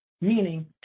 meaning